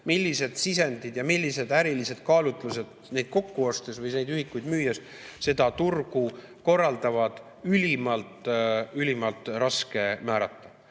Millised sisendid ja millised ärilised kaalutlused neid kokku ostes või neid ühikuid müües seda turgu korraldavad, on ülimalt raske määrata.